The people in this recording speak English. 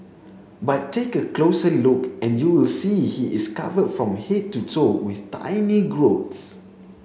but take a closer look and you will see he is covered from head to toe with tiny growths